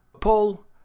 Paul